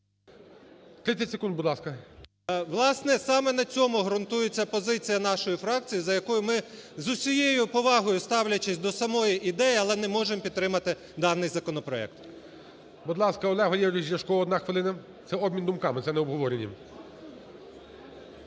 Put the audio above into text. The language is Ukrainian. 30 секунд, будь ласка. 13:15:19 ЄМЕЦЬ Л.О. Власне, саме на цьому ґрунтується позиція нашої фракції, за якою ми, з усією повагою ставлячись до самої ідеї, але не можемо підтримати даний законопроект. ГОЛОВУЮЧИЙ. Будь ласка, Олег Валерійович Ляшко, одна хвилина. Це обмін думками, це не обговорення.